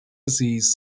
disease